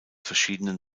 verschiedenen